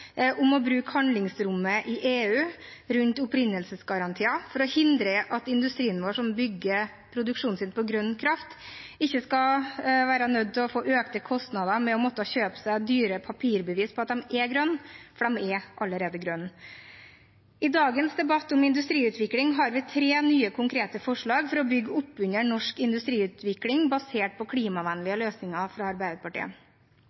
om å bruke handlingsrommet i EU rundt opprinnelsesgarantier for å hindre at industrien vår som bygger produksjonen sin på grønn kraft, ikke skal være nødt til å få økte kostnader ved å måtte kjøpe seg dyre papirbevis på at de er grønne, for de er allerede grønne. I dagens debatt om industriutvikling har Arbeiderpartiet tre nye konkrete forslag for å bygge opp under norsk industriutvikling basert på